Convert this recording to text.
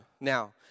Now